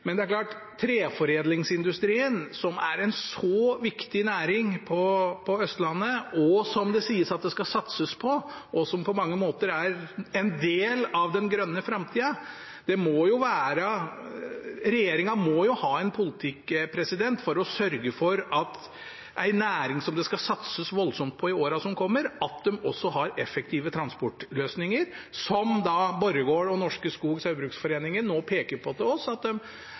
treforedlingsindustrien, som er en så viktig næring på Østlandet, som er en næring som det sies at det skal satses voldsomt på i årene som kommer, og som på mange måter er en del av den grønne framtida, må jo regjeringen ha en politikk som sørger for effektive transportløsninger. Borregaard og Norske Skog Saugbrugs peker på overfor oss at de ser med bekymring på hvordan dette blir framover. Eg har